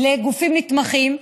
לגופים נתמכים,